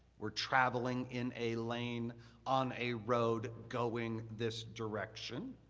or traveling in a lane on a road going this direction.